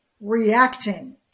reacting